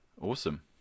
Awesome